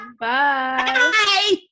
Bye